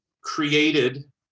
created